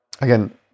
again